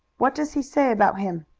what does he say about him?